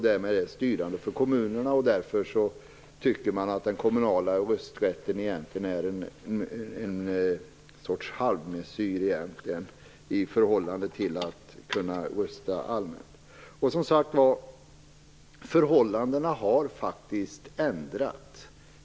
Därför tycker man att den kommunala rösträtten egentligen är en sorts halvmessyr i förhållande till att kunna rösta allmänt. Som sagt var, förhållandena har faktiskt förändrats.